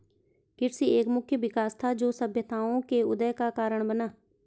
कृषि एक मुख्य विकास था, जो सभ्यताओं के उदय का कारण बना